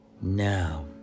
Now